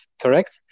correct